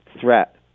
threat